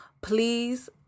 Please